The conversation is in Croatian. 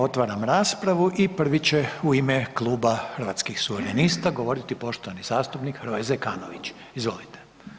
Otvaram raspravu i prvi će u ime Kluba Hrvatskih suverenista govoriti poštovani zastupnik Hrvoje Zekanović, izvolite.